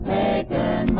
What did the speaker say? taken